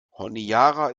honiara